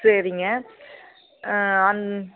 சரிங்க அந்த